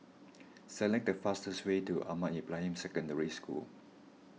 select the fastest way to Ahmad Ibrahim Secondary School